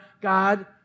God